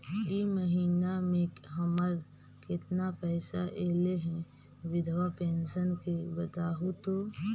इ महिना मे हमर केतना पैसा ऐले हे बिधबा पेंसन के बताहु तो?